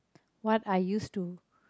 what I used to